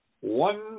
one